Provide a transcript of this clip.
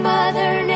Mother